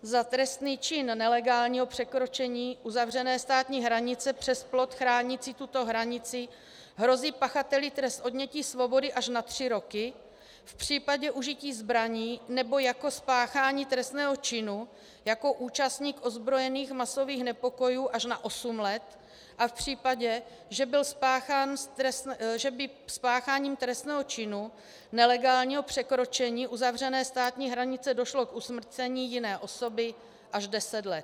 Za trestný čin nelegálního překročení uzavřené státní hranice přes plot chránící tuto hranici hrozí pachateli trest odnětí svobody až na tři roky, v případě užití zbraní nebo jako spáchání trestného činu jako účastník ozbrojených masových nepokojů až na osm let a v případě, že by spácháním trestného činu nelegálního překročení uzavřené státní hranice došlo k usmrcení jiné osoby, až deset let.